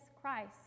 Christ